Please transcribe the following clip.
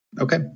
Okay